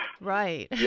right